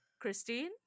Christine